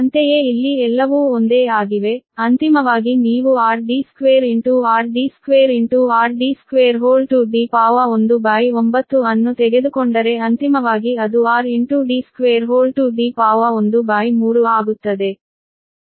ಅಂತೆಯೇ ಇಲ್ಲಿ ಎಲ್ಲವೂ ಒಂದೇ ಆಗಿವೆ ಅಂತಿಮವಾಗಿ ನೀವು 19 ಅನ್ನು ತೆಗೆದುಕೊಂಡರೆ ಅಂತಿಮವಾಗಿ ಅದು 13ಆಗುತ್ತದೆ